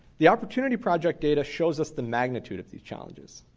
the opportunity project data shows us the magnitude of these challenges.